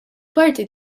parti